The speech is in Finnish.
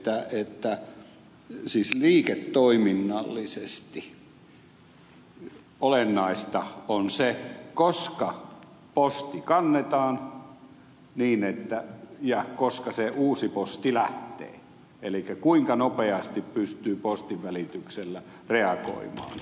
totean vain sen että siis liiketoiminnallisesti olennaista on se koska posti kannetaan ja koska se uusi posti lähtee elikkä kuinka nopeasti pystyy postin välityksellä reagoimaan